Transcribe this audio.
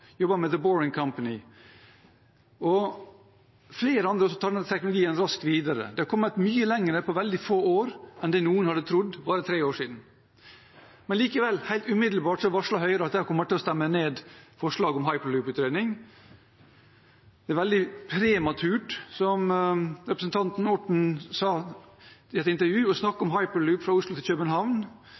jobber med The Boring Company. Også flere andre tar denne teknologien raskt videre. Den er kommet mye lenger på veldig få år enn det noen hadde trodd for bare tre år siden. Men likevel – helt umiddelbart – varsler Høyre at de kommer til å stemme ned forslaget om hyperloop-utredning. Representanten Orten sa i et intervju: «Det er veldig prematurt å snakke om hyperloop fra Oslo til København.